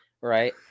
Right